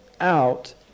out